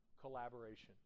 collaboration